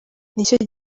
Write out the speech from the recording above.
nicyo